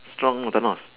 strong know thanos